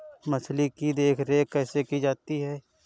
मछली की देखरेख कैसे की जाती है?